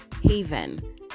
haven